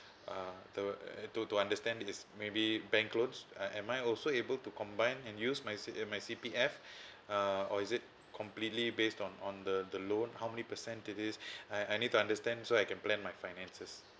uh to to understand is maybe bank loans uh am I also able to combine and use my uh my C_P_F uh or is it completely based on on the the loan how many percent to this I I need to understand so I can plan my finances